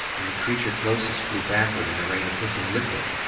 and the creature closest flew backward in a rain of hissing liquid,